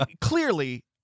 clearly